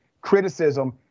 Criticism